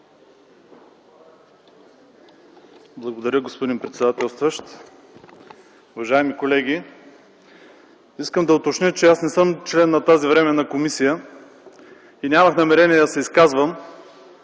Благодаря, господин председател. Уважаеми колеги, искам да уточня, че аз не съм член на тази временна комисия и нямах намерение да се изказвам